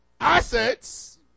assets